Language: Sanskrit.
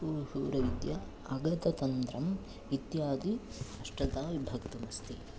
हु हूतविद्या अगततन्त्रम् इत्यादि अष्टधा विभक्तम् अस्ति